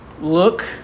look